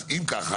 אם כך,